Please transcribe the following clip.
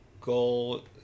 goal